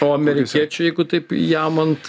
o amerikiečiai jeigu taip jamant